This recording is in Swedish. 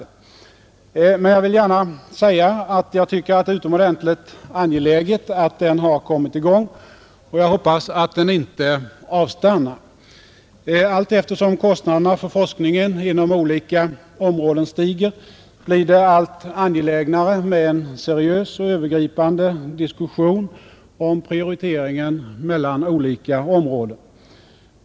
Men jag vill gärna säga att jag tycker att det är utomordentligt angeläget att den har kommit i gång och jag hoppas att den inte avstannar. Allteftersom kostnaderna för forskningen inom olika områden stiger blir det allt angelägnare med en seriös och övergripande diskussion om prioriteringen mellan olika områden.